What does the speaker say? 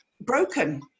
Broken